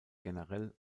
generell